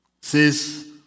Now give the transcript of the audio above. says